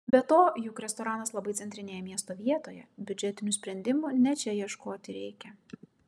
be to juk restoranas labai centrinėje miesto vietoje biudžetinių sprendimų ne čia ieškoti reikia